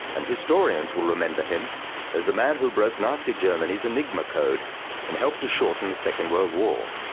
and historians will remember him as the man who broke nazi germany's enigma code and helped to shorten the second world war.